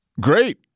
Great